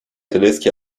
tedeschi